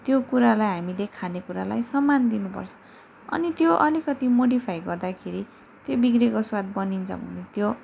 त्यो कुरालाई हामीले खानेकुरालाई सम्मान दिनुपर्छ अनि त्यो अलिकति मोडिफाई गर्दाखेरि त्यो बिग्रेको स्वाद बनिन्छ भने त्यो